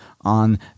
on